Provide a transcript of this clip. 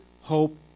hope